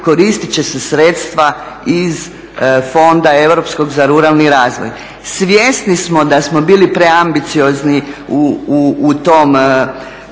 koristit će se sredstva iz fonda europskog za ruralni razvoj. Svjesni smo da smo bili preambiciozni u tom